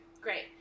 great